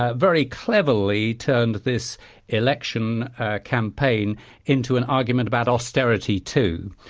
ah very cleverly turned this election campaign into an argument about austerity, too.